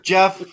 Jeff